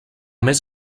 més